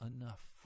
enough